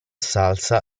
salsa